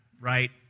right